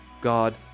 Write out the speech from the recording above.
God